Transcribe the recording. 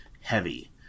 heavy